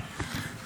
בבקשה, שלוש דקות.